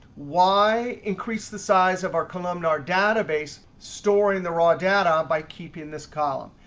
why increase the size of our columnar database storing the raw data by keeping this column?